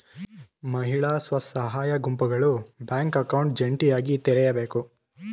ಮಹಿಳಾ ಸ್ವಸಹಾಯ ಗುಂಪುಗಳು ಬ್ಯಾಂಕ್ ಅಕೌಂಟ್ ಜಂಟಿಯಾಗಿ ತೆರೆಯಬೇಕು